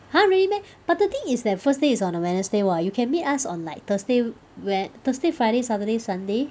!huh! really meh but the thing is that first day is on a Wednesday [what] you can meet us on like Thursday Wed~ Thursday Friday Saturday Sunday